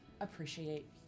appreciate